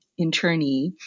internee